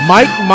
Mike